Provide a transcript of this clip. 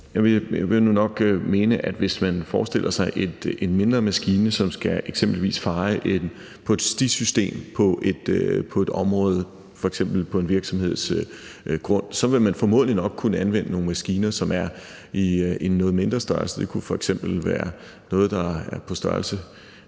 Jeg vil nu nok mene, at hvis man forestiller sig en mindre maskine, som eksempelvis skal feje på et stisystem på et område, f.eks. på en virksomheds grund, så vil man formodentlig kunne anvende nogle maskiner, som er af en noget mindre størrelse. Det kunne f.eks. være noget, der er på størrelse